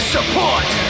Support